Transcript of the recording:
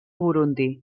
burundi